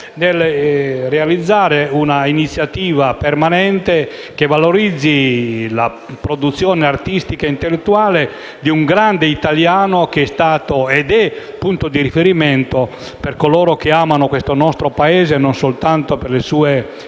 nel realizzare un'iniziativa permanente che valorizzi la produzione artistica e intellettuale di un grande italiano, che è stato ed è punto di riferimento per coloro che amano il nostro Paese non soltanto per le sue caratteristiche